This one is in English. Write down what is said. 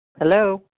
Hello